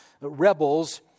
rebels